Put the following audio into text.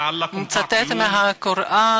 אצטט מהקוראן